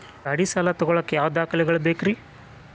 ಗಾಡಿ ಸಾಲ ತಗೋಳಾಕ ಯಾವ ದಾಖಲೆಗಳ ಬೇಕ್ರಿ?